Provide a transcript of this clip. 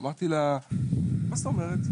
מה זאת אומרת?